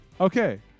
Okay